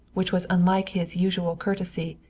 which was unlike his usual courtesy,